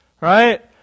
right